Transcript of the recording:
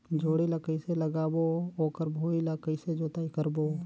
जोणी ला कइसे लगाबो ओकर भुईं ला कइसे जोताई करबो?